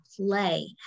play